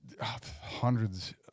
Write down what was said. hundreds